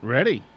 Ready